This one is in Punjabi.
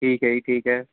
ਠੀਕ ਹੈ ਜੀ ਠੀਕ ਹੈ